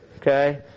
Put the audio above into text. Okay